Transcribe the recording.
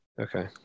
Okay